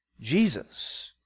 Jesus